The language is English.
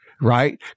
right